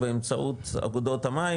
באמצעות אגודות המים